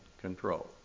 control